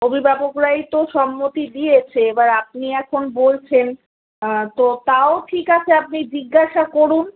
অভিভাবকরাই তো সম্মতি দিয়েছে এবার আপনি এখন বলছেন তাও ঠিক আছে আপনি জিজ্ঞাসা করুন